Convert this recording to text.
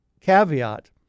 Caveat